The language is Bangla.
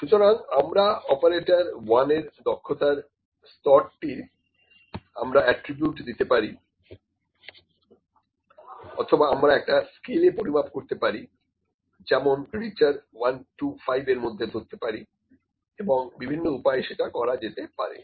সুতরাং আমরা অপারেটর 1 এর দক্ষতার স্তরটির আমরা এট্রিবিউট দিতে পারি অথবা আমরা একটা স্কেলে পরিমাপ করতে পারি যেমন রিচার 1 5 এরমধ্যে ধরতে পারি এবং বিভিন্ন উপায়ে সেটা করা যেতে পারে